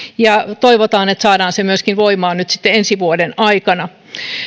ja toivotaan että saadaan se myöskin voimaan nyt ensi vuoden aikana